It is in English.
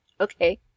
Okay